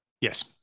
Yes